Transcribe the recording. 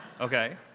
okay